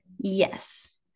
Yes